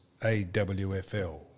AWFL